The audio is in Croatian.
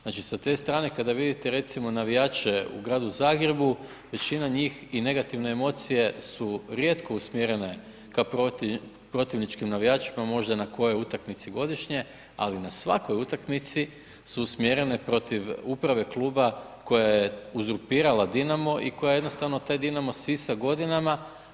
Znači sa te strane kada vidite recimo navijače u Gradu Zagrebu većina njih i negativne emocije su rijetko usmjerene k protivničkim navijačima možda na kojoj utakmici godišnje, ali na svakoj utakmici su usmjerene protiv uprave kluba koja je uzurpirala Dinama i koja jednostavno taj Dinamo sisa godinama.